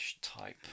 type